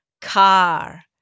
car